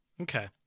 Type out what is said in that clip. okay